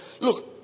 Look